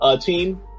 team